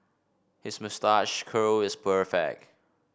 his moustache curl is perfect